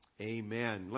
amen